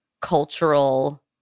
cultural